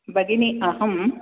भगिनि अहं